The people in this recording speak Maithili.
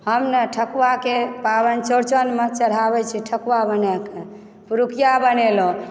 हम नहि ठकुआकऽ पाबनि चौरचनमऽ चढ़ाबय छियै ठकुआ बनाके पुरुकिया बनेलहुँ